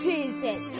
Jesus